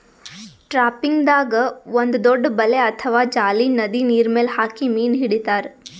ಟ್ರಾಪಿಂಗ್ದಾಗ್ ಒಂದ್ ದೊಡ್ಡ್ ಬಲೆ ಅಥವಾ ಜಾಲಿ ನದಿ ನೀರ್ಮೆಲ್ ಹಾಕಿ ಮೀನ್ ಹಿಡಿತಾರ್